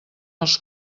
els